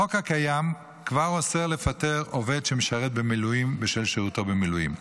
החוק הקיים כבר אוסר לפטר עובד שמשרת במילואים בשל שירותו במילואים,